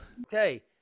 Okay